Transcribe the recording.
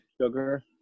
Sugar